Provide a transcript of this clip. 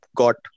got